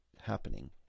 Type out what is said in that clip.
happening